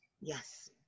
Yes